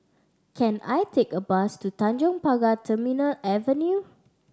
can I take a bus to Tanjong Pagar Terminal Avenue